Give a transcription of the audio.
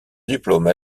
diplôme